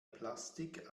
plastik